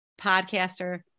podcaster